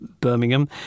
Birmingham